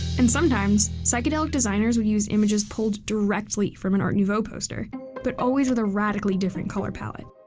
and sometimes, psychedelic designers would use images pulled directly from an art nouveau poster but always with a radically different color palette.